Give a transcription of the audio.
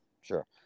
Sure